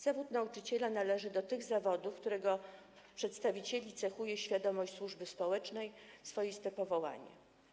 Zawód nauczyciela należy do tych zawodów, którego przedstawicieli cechuje świadomość służby społecznej, swoiste powołanie.